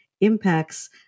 impacts